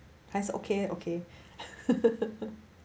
还是 okay leh okay